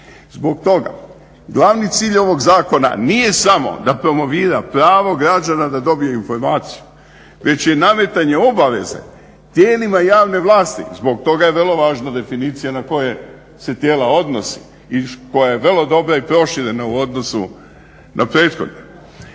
Zbog toga glavni cilj ovog zakona nije samo da promovira pravo građana da dobije informaciju već je nametanje obaveze tijelima javne vlasti, zbog toga je vrlo važna definicija na koja se tijela odnosi, i koja je vrlo dobra i proširena u odnosu na prethodnu,